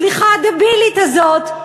סליחה, הדבילית הזאת,